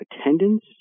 attendance